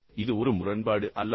இது ஒரு முரண்பாடு அல்லவா